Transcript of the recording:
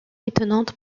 étonnante